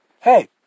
Hey